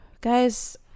Guys